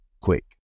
quick